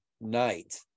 night